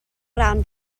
ran